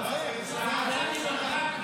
עדיין מעמד האישה.